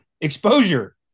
Exposure